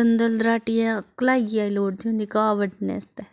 दंडल दराटियै कलाइयै लोड़दी हुंदी घाह् बड्डने आस्तै